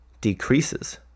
decreases